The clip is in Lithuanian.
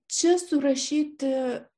čia surašyti